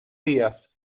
días